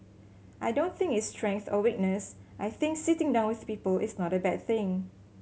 I don't think it's strength or weakness I think sitting down with people is not a bad thing